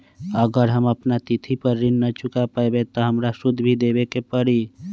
अगर हम अपना तिथि पर ऋण न चुका पायेबे त हमरा सूद भी देबे के परि?